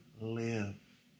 live